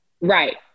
right